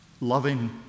loving